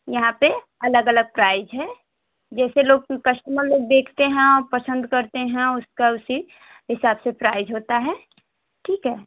यहाँ पर अलग अलग प्राइज़ है जैसे लोग कस्टमर लोग देखते हैं पसंद करते हैं उसका उसी हिसाब से प्राइज़ होता है ठीक है